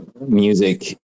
music